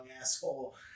asshole